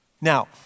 Now